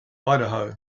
idaho